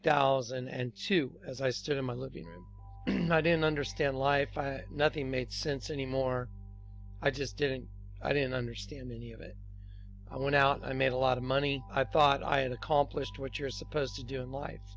tells and two as i stood in my living room not in understand life nothing made sense anymore i just didn't i didn't understand any of it i went out i made a lot of money i thought i had accomplished what you're supposed to do in life